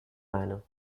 manor